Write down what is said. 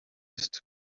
ist